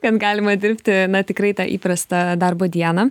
kad galima dirbti na tikrai tą įprastą darbo dieną